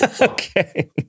Okay